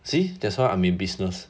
see that's why I'm in business